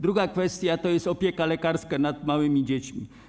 Druga kwestia to opieka lekarska nad małymi dziećmi.